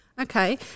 Okay